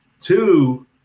two